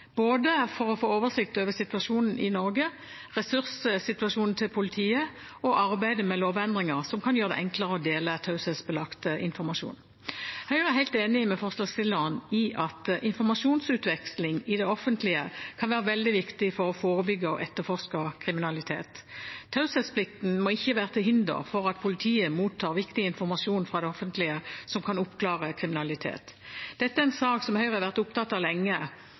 både situasjonen i Norge, ressurssituasjonen i politiet og arbeidet med lovendringer som kan gjøre det enklere å dele taushetsbelagt informasjon. Høyre er helt enig med forslagsstillerne i at informasjonsutveksling i det offentlige kan være veldig viktig for å forebygge og etterforske kriminalitet. Taushetsplikten må ikke være til hinder for at politiet mottar viktig informasjon fra det offentlige som kan oppklare kriminalitet. Dette er en sak Høyre har vært opptatt av lenge.